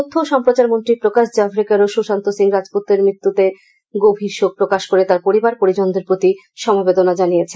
তথ্য ও সম্প্রচার মন্ত্রী প্রকাশ জাভরেকারও সুশান্ত সিং রাজপুতের মৃত্যুতে শোক প্রকাশ করে তার পরিবার পরিজনদের প্রতি সমবেদনা জানিয়েছেন